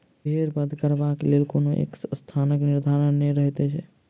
भेंड़ बध करबाक लेल कोनो एक स्थानक निर्धारण नै रहैत छै